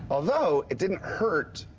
although it didn't hurt.